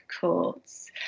Courts